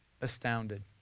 astounded